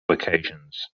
occasions